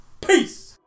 Peace